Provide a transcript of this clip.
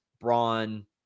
Braun